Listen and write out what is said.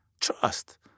Trust